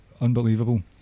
Unbelievable